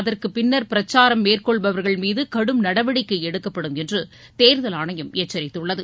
அதற்கு பின்னர் பிரச்சாரம் மேற்கொள்பவர்கள் மீது கடும் நடவடிக்கை எடுக்கப்படும் என்று தேர்தல் ஆணையம் எச்சரித்துள்ளது